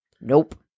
Nope